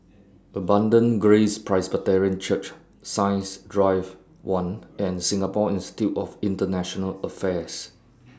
Abundant Grace Presbyterian Church Science Drive one and Singapore Institute of International Affairs